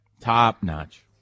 top-notch